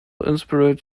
inspired